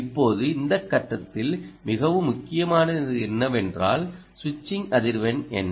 இப்போது இந்த கட்டத்தில் மிகவும் முக்கியமானது என்னவென்றால் சுவிட்சிங் அதிர்வெண் என்ன